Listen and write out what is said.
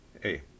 hey